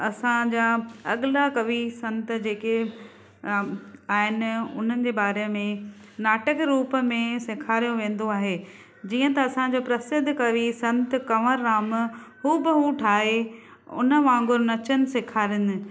असांजा अॻला कवि संत जेके आहिनि उन्हनि जे बारे में नाटक रूप में सेखारियो वेंदो आहे जीअं त असांजो प्रसिद्ध कवि संत कंवर राम हू बहू ठाहे उन वांगुर नचणु सेखरींदा आहिनि